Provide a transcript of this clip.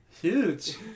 Huge